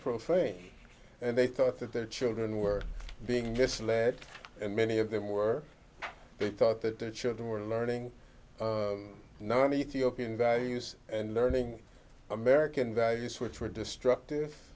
profane and they thought that their children were being misled and many of them were they thought that their children were learning none ethiopian values and learning american values which were destructive